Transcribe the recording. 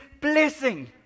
blessing